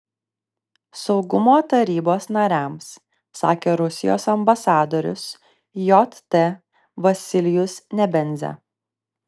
saugumo tarybos nariams sakė rusijos ambasadorius jt vasilijus nebenzia